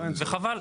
וחבל,